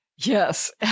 Yes